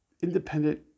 independent